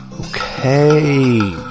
okay